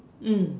mm